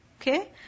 Okay